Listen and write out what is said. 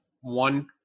one